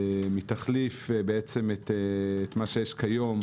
היא תחליף את מה שיש כיום,